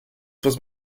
post